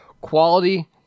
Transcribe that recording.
Quality